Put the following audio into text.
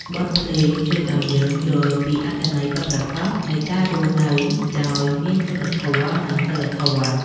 បទភ្លេងជួយឱ្យយើងយល់ពីអត្ថន័យពិតប្រាកដ នៃការរស់នៅដោយមានគុណធម៌ និងសីលធម៌។